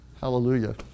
Hallelujah